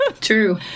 true